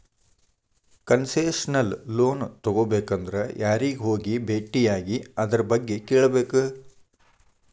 Concessional loan ತಗೊಬೇಕಂದ್ರ ಯಾರಿಗೆ ಹೋಗಿ ಬೆಟ್ಟಿಯಾಗಿ ಅದರ್ಬಗ್ಗೆ ಕೇಳ್ಬೇಕು?